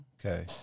Okay